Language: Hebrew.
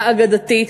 האגדתית,